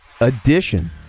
edition